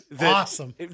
awesome